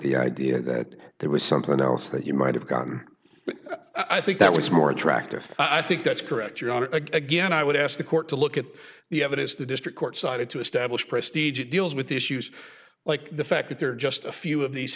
the idea that there was something else that you might have gone but i think that was more attractive i think that's correct your honor again i would ask the court to look at the evidence the district court cited to establish prestige it deals with issues like the fact that there are just a few of these